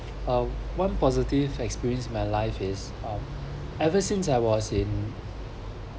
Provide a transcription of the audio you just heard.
oh one positive experience in my life is arm ever since um I was in